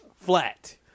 Flat